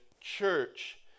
church